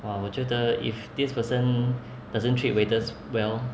!wah! 我觉得 if this person doesn't treat waiters well